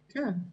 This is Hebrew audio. נעליים,